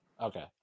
Okay